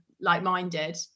like-minded